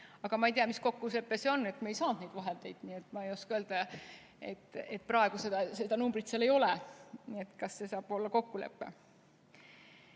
Ma ei tea, mis kokkulepe see on, et me ei saanud neid vahendeid. Nii et ma ei oska öelda. Praegu seda numbrit seal ei ole, nii et kas see saab olla kokkulepe?